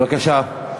בבקשה.